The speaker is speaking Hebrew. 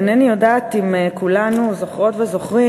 אינני יודעת אם כולנו זוכרות וזוכרים,